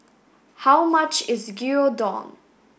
how much is Gyudon